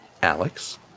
Alex